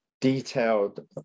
detailed